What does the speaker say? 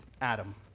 Adam